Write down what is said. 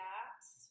apps